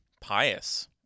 pious